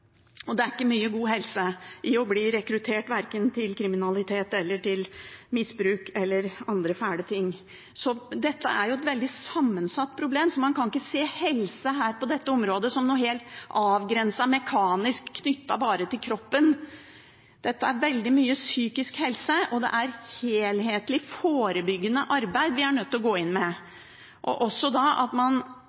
Det er ikke mye god helse i å bli rekruttert verken til kriminalitet, misbruk eller andre fæle ting. Dette er et veldig sammensatt problem, så man kan ikke se helse på dette området som noe helt avgrenset, mekanisk knyttet bare til kroppen. Det er veldig mye psykisk helse, og det er helhetlig, forebyggende arbeid vi er nødt til å gå inn med. Man må også